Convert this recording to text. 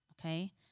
Okay